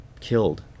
killed